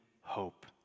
hope